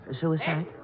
Suicide